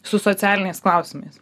su socialiniais klausimais